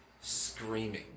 screaming